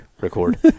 record